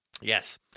yes